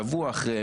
שבוע אחרי,